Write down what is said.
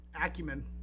Acumen